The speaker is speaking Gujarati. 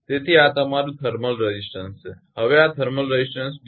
તેથી આ તમારું થર્મલ રેઝિસ્ટન્સ છે હવે આ થર્મલ રેઝિસ્ટન્સ 𝑑𝐺𝑖